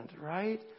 right